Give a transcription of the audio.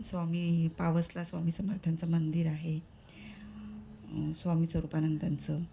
स्वामी पावसला स्वामी समर्थांचं मंदिर आहे स्वामी स्वरूपानंदांचं